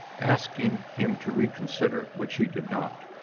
asking him to reconsider which he did not.